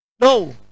no